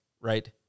right